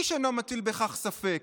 איש אינו מטיל בכך ספק,